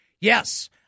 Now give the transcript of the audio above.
Yes